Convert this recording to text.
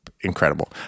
incredible